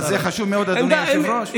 אבל זה חשוב מאוד, אדוני היושב-ראש.